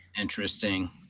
Interesting